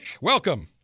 welcome